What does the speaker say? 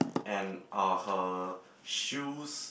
and are her shoes